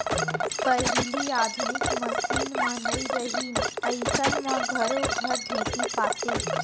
पहिली आधुनिक मसीन मन नइ रहिन अइसन म घरो घर ढेंकी पातें